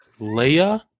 Leia